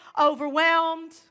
overwhelmed